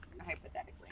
hypothetically